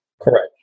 Correct